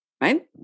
Right